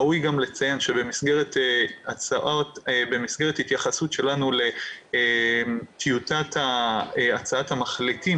ראוי גם לציין שבמסגרת התייחסות שלנו לטיוטת הצעת המחליטים